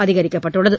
அதிகரிக்கப்பட்டுள்ளது